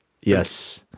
yes